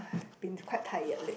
been quite tired lately